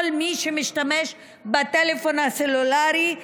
כל מי שמשתמש בטלפון הסלולרי,